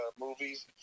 movies